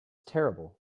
terrible